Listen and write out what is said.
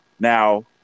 Now